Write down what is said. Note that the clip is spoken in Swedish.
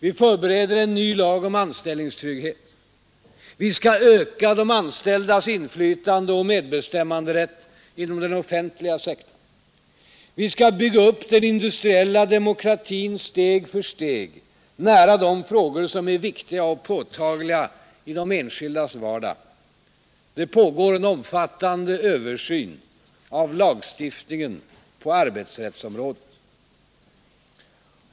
Vi förbereder en ny lag om anställningstrygghet. Vi skall öka de anställdas inflytande och medbestämmanderätt inom den offentliga sektorn. Vi skall bygga upp den industriella demokratin steg för steg nära de frågor som är viktiga och påtagliga i de enskildas vardag. Det pågår en omfattande översyn av lagstiftningen på arbetsrättsområdet.